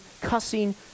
cussing